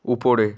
উপরে